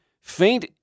faint